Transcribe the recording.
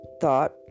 thought